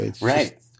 Right